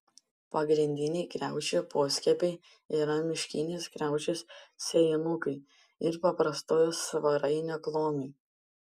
pagrindiniai kriaušių poskiepiai yra miškinės kriaušės sėjinukai ir paprastojo svarainio klonai